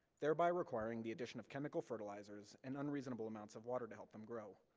thereby requiring the addition of chemical fertilizers, and unreasonable amounts of water to help them grow,